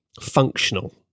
functional